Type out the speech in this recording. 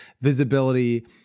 visibility